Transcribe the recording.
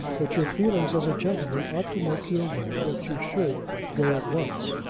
but your feelings as a gentleman ought to make you aware that you should go at once.